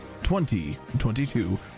2022